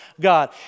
God